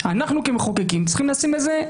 הוא קבע מבחן הסתברותי של ודאות קרובה לפגיעה